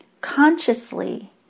Consciously